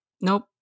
nope